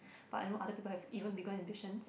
but I know other people have even bigger ambitions